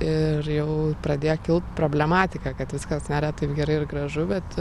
ir jau pradėjo kilt problematika kad viskas sveria taip gerai ir gražu bet